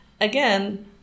again